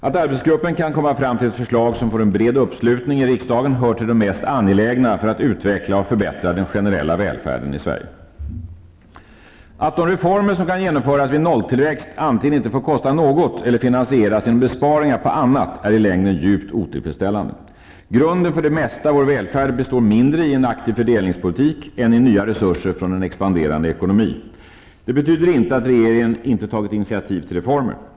Att arbetsgruppen kan komma fram till ett förslag som får en bred uppslutning i riksdagen hör till det mest angelägna för att utveckla och förbättra den generella välfärden i Sverige. Att de reformer som kan genomföras vid nolltillväxt antingen inte får kosta något eller finansieras genom besparingar på annat är i längden djupt otillfredsställande. Grunden för det mesta av vår välfärd består mindre i en aktiv fördelningspolitik än i nya resurser från en expanderande ekonomi. Det betyder inte att regeringen inte tagit initiativ till reformer.